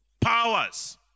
powers